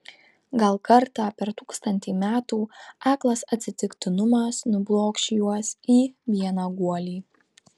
gal kartą per tūkstantį metų aklas atsitiktinumas nublokš juos į vieną guolį